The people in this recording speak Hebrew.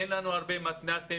אין לנו הרבה מתנ"סים,